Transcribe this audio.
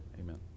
Amen